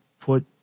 put